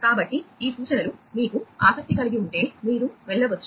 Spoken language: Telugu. కాబట్టి ఈ సూచనలు మీకు ఆసక్తి కలిగి ఉంటే మీరు వెళ్ళవచ్చు